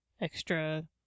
extra